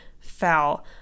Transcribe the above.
foul